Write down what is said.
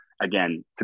Again